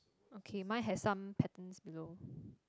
okay mine has some patterns below